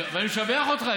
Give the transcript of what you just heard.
ואני משבח אותך.